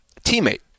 Teammate